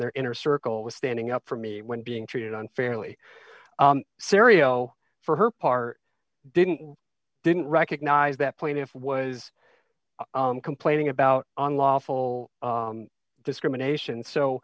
their inner circle was standing up for me when being treated unfairly scenario for her part didn't i didn't recognize that point if was complaining about unlawful discrimination so